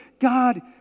God